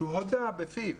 שהודה בפיו